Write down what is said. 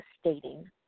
stating